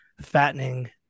fattening